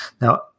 Now